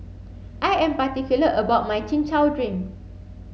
I am particular about my chin chow drink